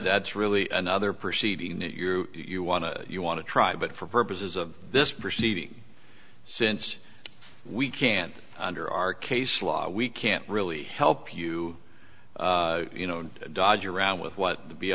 that's really another proceeding you want to you want to try but for purposes of this proceeding since we can't under our case law we can't really help you you know dodge around with what the